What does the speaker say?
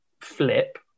flip